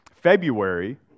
February